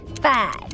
Five